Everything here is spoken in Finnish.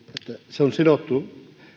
se on sidottu